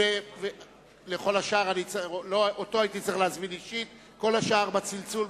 אותו הייתי צריך להזמין אישית, וכל השאר, בצלצול.